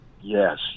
Yes